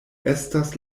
estas